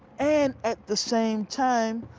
and at the same time,